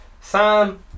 Sam